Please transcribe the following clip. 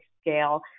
scale